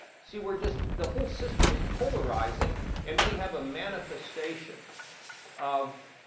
see, we're just, the whole system is polarizing and we have a manifestation of,